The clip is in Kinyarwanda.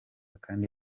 kandi